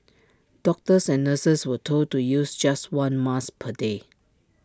doctors and nurses were told to use just one mask per day